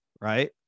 Right